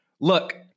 Look